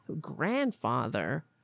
grandfather